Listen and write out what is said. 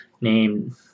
named